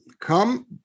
come